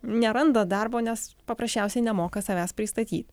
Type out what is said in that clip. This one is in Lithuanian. neranda darbo nes paprasčiausiai nemoka savęs pristatyt